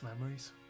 memories